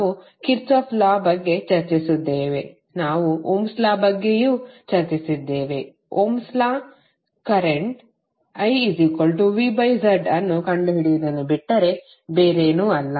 ನಾವು ಕಿರ್ಚಾಫ್ ಲಾKirchhoff's law ಬಗ್ಗೆ ಚರ್ಚಿಸಿದ್ದೇವೆ ನಾವು ಓಮ್ಸ್ ಲಾOhm's law ಬಗ್ಗೆಯೂ ಚರ್ಚಿಸಿದ್ದೇವೆ ಓಮ್ಸ್ ಲಾOhm's law current I V Z ಅನ್ನು ಕಂಡುಹಿಡಿಯುವುದನ್ನು ಬಿಟ್ಟರೆ ಬೇರೇನೂ ಅಲ್ಲ